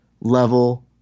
level